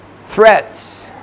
threats